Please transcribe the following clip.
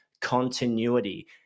continuity